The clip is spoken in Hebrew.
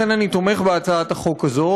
לכן אני תומך בהצעת החוק הזאת,